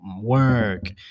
Work